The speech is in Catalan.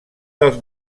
dels